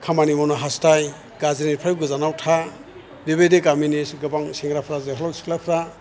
खामानि मावनो हास्थाय गाज्रिनिफ्राय गोजानाव था बिबायदि गामिनि गोबां सेंग्राफ्रा जोहोलाव सिख्लाफ्रा